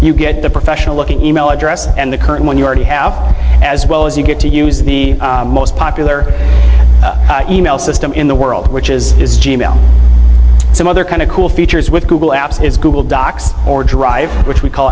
you get the professional looking email address and the current one you already have as well as you get to use the most popular e mail system in the world which is is g mail some other kind of cool features with google apps is google docs or drive which we call